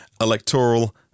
electoral